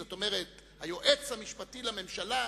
זאת אומרת, היועץ המשפטי לממשלה,